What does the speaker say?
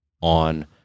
on